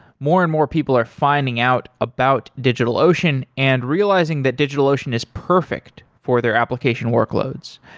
more and more people are finding out about digitalocean and realizing that digitalocean is perfect for their application workloads.